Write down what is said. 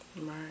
Right